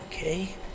Okay